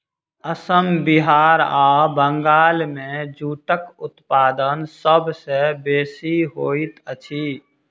असम बिहार आ बंगाल मे जूटक उत्पादन सभ सॅ बेसी होइत अछि